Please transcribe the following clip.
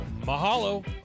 Mahalo